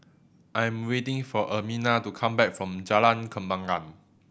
I am waiting for Ermina to come back from Jalan Kembangan